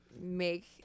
make